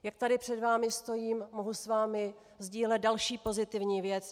Jak tady před vámi stojím, mohu s vámi sdílet další pozitivní věc.